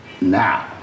Now